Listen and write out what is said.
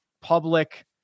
public